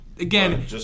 Again